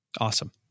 Awesome